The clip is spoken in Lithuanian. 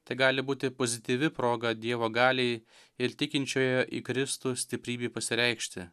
tegali būti pozityvi proga dievo galiai ir tikinčiojo į kristų stiprybei pasireikšti